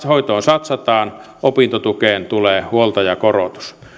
hoitoon satsataan opintotukeen tulee huoltajakorotus